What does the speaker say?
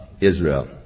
Israel